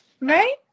Right